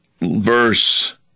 verse